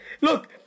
Look